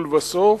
לבסוף,